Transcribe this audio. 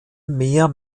mehr